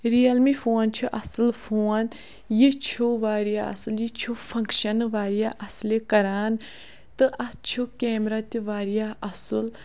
real می phone چھِ اَصٕل phone یہِ چھُ واریاہ اَصٕل یہِ چھُ فنٛکشَنہٕ واریاہ اَصلہِ کَران تہٕ اَتھ چھُ کیمرا تہِ واریاہ اَصٕل